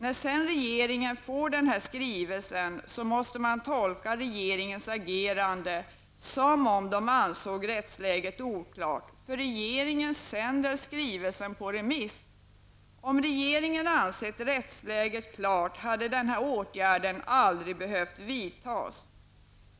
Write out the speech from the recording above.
När regeringen sedan får den här skrivelsen måste man tolka regeringens agerande som om de ansåg rättsläget oklart, eftersom regeringen sänder skrivelsen på remiss. Om regeringen ansett rättsläget klart hade denna åtgärd aldrig behövt vidtas.